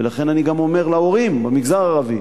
לכן אני גם אומר להורים למגזר הערבי: